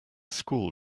school